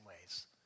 ways